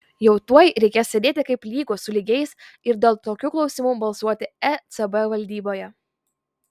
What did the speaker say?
jau tuoj reikės sėdėti kaip lygūs su lygiais ir dėl tokių klausimų balsuoti ecb valdyboje